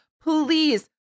Please